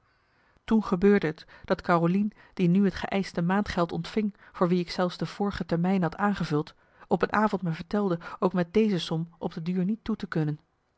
toen gebeurde t dat carolien die nu het geëischte maandgeld ontving voor wie ik zelfs de vorige termijnen had aangevuld op een avond me vertelde ook met deze som op de duur niet toe te kunnen